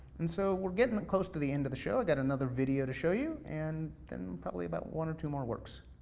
and so we're getting close to the end of the show, i got another video to show you, and then probably about one or two more works.